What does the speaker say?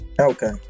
Okay